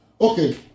okay